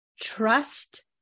trust